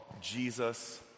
Jesus